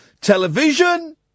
television